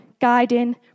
guiding